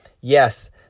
Yes